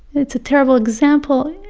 it's a terrible example.